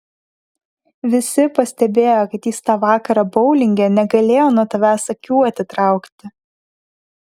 visi pastebėjo kad jis tą vakarą boulinge negalėjo nuo tavęs akių atitraukti